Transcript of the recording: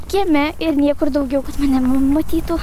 kieme ir niekur daugiau kad mane matytų